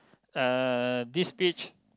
uh this beach